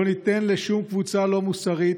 לא ניתן לשום קבוצה לא מוסרית,